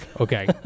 Okay